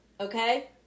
okay